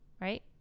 right